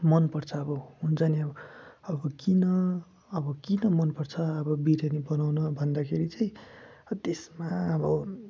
मन पर्छ अब हुन्छ नि अब अब किन आब किन मन पर्छ अब बिर्यानी बनाउन भन्दाखेरि चाहिँ त्यसमा अब